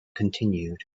continued